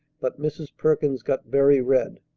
but mrs. perkins got very red.